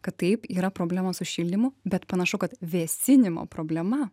kad taip yra problema su šildymu bet panašu kad vėsinimo problema